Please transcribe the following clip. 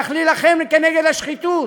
צריך להילחם כנגד השחיתות,